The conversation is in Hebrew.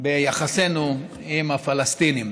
ביחסינו עם הפלסטינים.